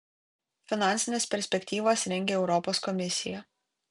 finansines perspektyvas rengia europos komisija